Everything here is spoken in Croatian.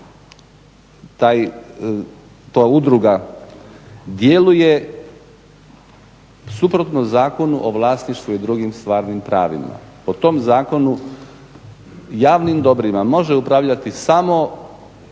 Naime ta udruga djeluje suprotno Zakonu o vlasništvu i drugim stvarnim pravima. Po tom Zakonu javnim dobrima može upravljati samo